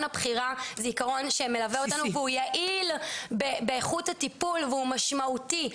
הבחירה זה עיקרון שמלווה אותנו והוא יעיל באיכות הטיפול והוא משמעותי.